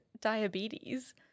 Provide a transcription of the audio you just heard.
diabetes